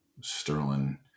sterling